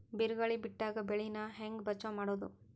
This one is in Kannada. ಬಿರುಗಾಳಿ ಬಿಟ್ಟಾಗ ಬೆಳಿ ನಾ ಹೆಂಗ ಬಚಾವ್ ಮಾಡೊದು?